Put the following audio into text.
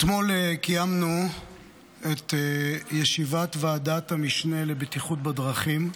אתמול קיימנו את ישיבת ועדת המשנה לבטיחות בדרכים,